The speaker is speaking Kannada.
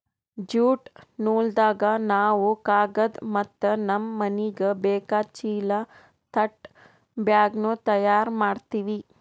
ಜ್ಯೂಟ್ ನೂಲ್ದಾಗ್ ನಾವ್ ಕಾಗದ್ ಮತ್ತ್ ನಮ್ಮ್ ಮನಿಗ್ ಬೇಕಾದ್ ಚೀಲಾ ತಟ್ ಬ್ಯಾಗ್ನು ತಯಾರ್ ಮಾಡ್ತೀವಿ